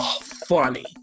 funny